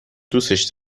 دوستش